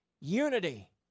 unity